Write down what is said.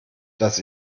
dass